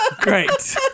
Great